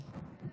באמת,